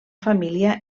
família